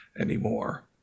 anymore